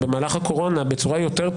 במשך כמעט שעתיים וחצי,